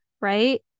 Right